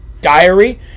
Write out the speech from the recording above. Diary